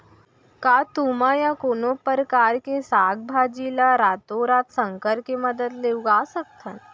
का तुमा या कोनो परकार के साग भाजी ला रातोरात संकर के मदद ले उगा सकथन?